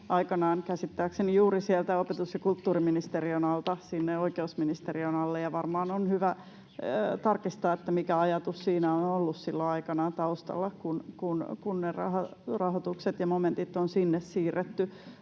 aikanaan käsittääkseni juuri sieltä opetus- ja kulttuuriministeriön alta sinne oikeusministeriön alle, ja varmaan on hyvä tarkistaa, mikä ajatus siinä on ollut silloin aikanaan taustalla, kun ne rahoitukset ja momentit on sinne siirretty.